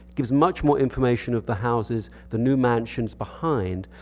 gives much more information of the houses, the new mansions behind,